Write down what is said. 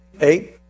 Eight